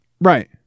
Right